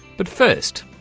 but first,